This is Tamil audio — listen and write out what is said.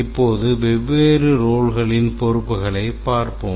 இப்போது வெவ்வேறு ரோல்கள்களின் பொறுப்புகளைப் பார்ப்போம்